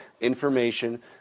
information